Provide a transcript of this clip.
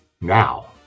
Now